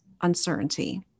uncertainty